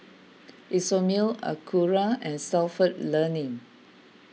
Isomil Acura and Stalford Learning